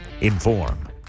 inform